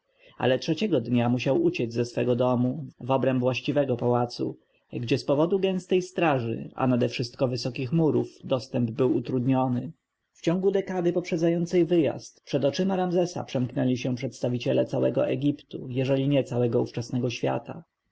ale trzeciego dnia musiał uciec ze swego domu w obręb właściwego pałacu gdzie z powodu gęstej straży a nadewszystko wysokich murów dostęp dla zwykłych ludzi był utrudniony w ciągu dekady poprzedzającej wyjazd przed oczyma ramzesa przemknęli się przedstawiciele całego egiptu jeżeli nie całego ówczesnego świata